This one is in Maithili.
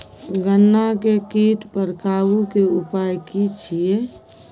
गन्ना के कीट पर काबू के उपाय की छिये?